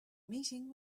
meeting